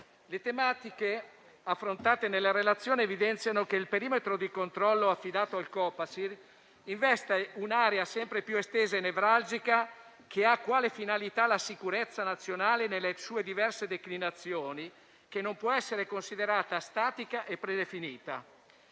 Le tematiche affrontate nella relazione evidenziano che il perimetro di controllo affidato al Copasir investe un'area sempre più estesa e nevralgica, che ha quale finalità la sicurezza nazionale nelle sue diverse declinazioni, che non può essere considerata statica e predefinita.